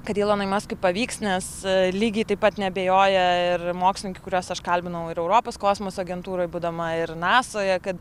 kad ylonui maskui pavyks nes lygiai taip pat neabejoja ir mokslininkai kuriuos aš kalbinau ir europos kosmoso agentūroj būdama ir nasoje kad